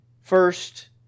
First